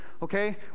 Okay